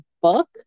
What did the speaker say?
book